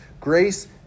grace